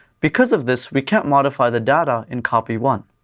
because of this, we can't modify the data in copy one.